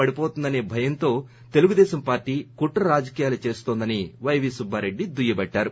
పడిపోతుందన్న భయంతో తెలుగుదేశం పార్టీ కుట్ర రాజకీయాలు చేస్తోందని పైవీ సుబ్బారెడ్డి దుయ్యబట్టారు